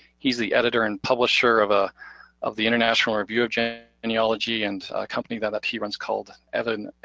he's the editor and publisher of ah of the international review of genealogy and a company that that he runs called avotaynu.